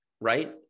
right